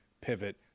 pivot